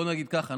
נגיד ככה,